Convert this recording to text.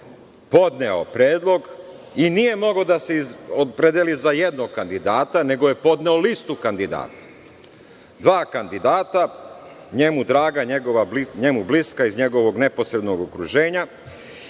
podneo predlog i nije mogao da se opredeli za jednog kandidata nego je podneo listu kandidata. Dva kandidata njemu bliska, iz njegovog neposrednog okruženja